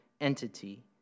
entity